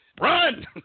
run